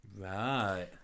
Right